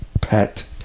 pet